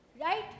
right